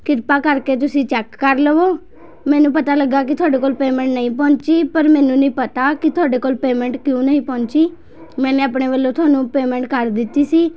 ਕਿਰਪਾ ਕਰਕੇ ਤੁਸੀਂ ਚੈੱਕ ਕਰ ਲਵੋ ਮੈਨੂੰ ਪਤਾ ਲੱਗਾ ਕਿ ਤੁਹਾਡੇ ਕੋਲ ਪੇਮੈਂਟ ਨਹੀਂ ਪਹੁੰਚੀ ਪਰ ਮੈਨੂੰ ਨਹੀਂ ਪਤਾ ਕਿ ਤੁਹਾਡੇ ਕੋਲ ਪੇਮੈਂਟ ਕਿਉਂ ਨਹੀਂ ਪਹੁੰਚੀ ਮੈਨੇ ਆਪਣੇ ਵੱਲੋਂ ਤੁਹਾਨੂੰ ਪੇਮੈਂਟ ਕਰ ਦਿੱਤੀ ਸੀ